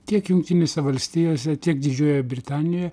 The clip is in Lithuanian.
tiek jungtinėse valstijose tiek didžiojoje britanijoje